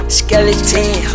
skeleton